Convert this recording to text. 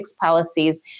policies